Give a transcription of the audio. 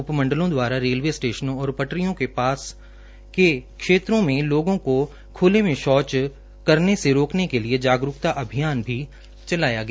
उपमंडलों दवारा रेलवे स्टेशनों और पटरियों के पास के क्षेत्रों में लोगों को ख्ले में शौच करने से रोकने के लिए जागरूकता अभियान भी चलाया गया